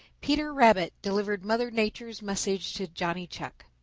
peter rabbit delivered mother nature's message to johnny chuck.